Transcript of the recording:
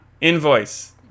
invoice